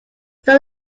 sir